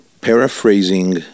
Paraphrasing